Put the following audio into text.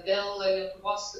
dėl lietuvos